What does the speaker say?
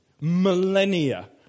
millennia